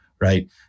right